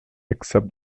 except